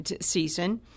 season